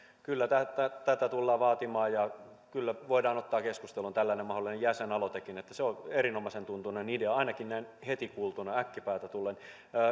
kyllä tätä tullaan vaatimaan ja kyllä voidaan ottaa keskusteluun tällainen mahdollinen jäsenaloitekin se on erinomaisen tuntuinen idea ainakin näin heti kuultuna äkkipäätä tullen